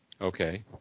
Okay